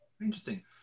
interesting